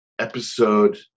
episode